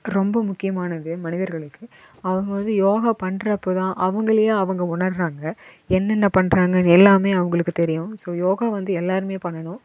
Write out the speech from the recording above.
ரொம்ப முக்கியமானது மனிதர்களுக்கு அவங்க வந்து யோகா பண்ணுறப்ப தான் அவங்களே அவங்க உணர்கிறாங்க என்னென்ன பண்ணுறாங்க எல்லாமே அவங்களுக்கு தெரியும் ஸோ யோகா வந்து எல்லாேருமே பண்ணணும்